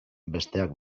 besteak